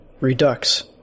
Redux